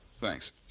Thanks